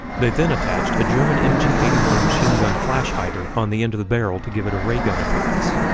they then attached a german mg eighty one machine gun flash-hider on the end of the barrel to give it ray-gun appearance.